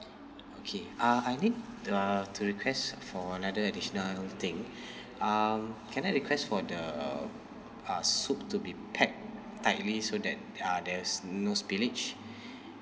okay uh I need uh to request for another additional thing um can I request for the uh soup to be packed tightly so that uh there's no spillage